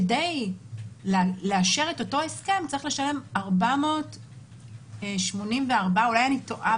כדי לאשר את אותו הסכם צריך לשלם 484 שקלים.